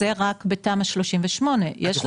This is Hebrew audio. זה רק בתמ"א 38. יש לנו